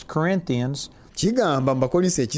Corinthians